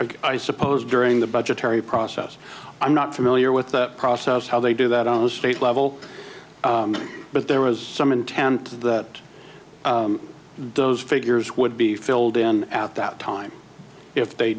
in i suppose during the budgetary process i'm not familiar with that process how they do that on the state level but there was some intent that those figures would be filled in at that time if they